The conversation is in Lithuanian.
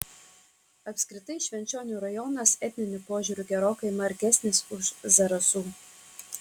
apskritai švenčionių rajonas etniniu požiūriu gerokai margesnis už zarasų